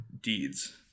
deeds